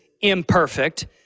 imperfect